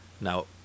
Now